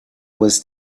was